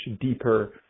deeper